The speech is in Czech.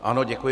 Ano, děkuji.